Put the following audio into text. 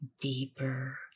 deeper